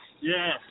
yes